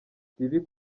bibi